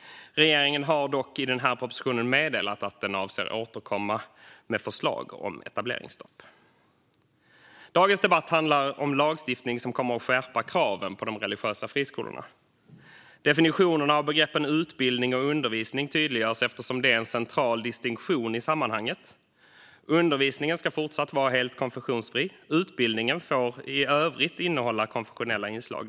Regeringen har dock i denna proposition meddelat att den avser att återkomma med förslag om etableringsstopp. Dagens debatt handlar om lagstiftning som kommer att skärpa kraven på de religiösa friskolorna. Definitionerna av begreppen utbildning och undervisning tydliggörs eftersom det är en central distinktion i sammanhanget. Undervisningen ska fortsatt vara helt konfessionsfri. Utbildningen får i övrigt innehålla konfessionella inslag.